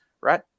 right